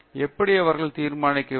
எப்படி அவர்கள் தீர்மானிக்க வேண்டும்